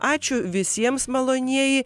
ačiū visiems malonieji